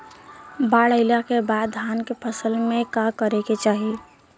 बाढ़ आइले के बाद धान के फसल में का करे के चाही?